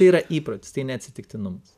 tai yra įprotis tai neatsitiktinumas